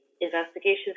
investigations